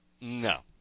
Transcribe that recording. No